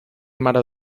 mare